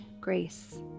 grace